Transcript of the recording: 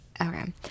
Okay